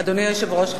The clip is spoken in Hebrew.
אדוני היושב-ראש,